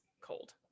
cold